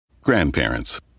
Grandparents